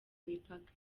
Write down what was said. imipaka